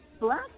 black